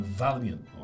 valiant